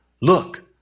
Look